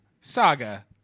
Saga